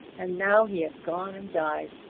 and now he has gone and died,